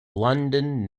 london